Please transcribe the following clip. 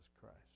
Christ